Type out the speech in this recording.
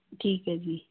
ਠੀਕ ਹੈ ਜੀ